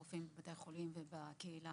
הרופאים בבתי החולים ובקהילה.